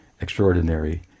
extraordinary